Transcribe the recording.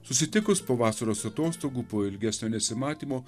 susitikus po vasaros atostogų po ilgesnio nesimatymo